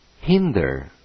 hinder